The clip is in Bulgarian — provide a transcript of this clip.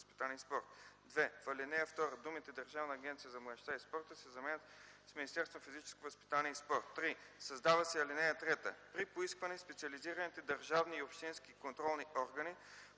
възпитание и порта”. 2. В ал. 2 думите „Държавната агенция за младежта и спорта” се заменят с „Министерството на физическото възпитание и спорта”. 3. Създава се ал. 3: „(3) При поискване специализираните държавни и общински контролни органи